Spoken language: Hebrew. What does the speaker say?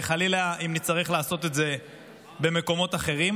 וחלילה אם נצטרך לעשות את זה במקומות אחרים,